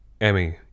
Emmy